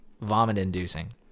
vomit-inducing